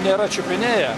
nėra čiupinėję